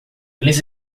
eles